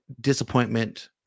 disappointment